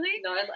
No